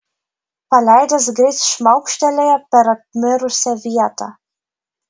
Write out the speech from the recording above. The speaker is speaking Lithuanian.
paleidęs greit šmaukštelėjo per apmirusią vietą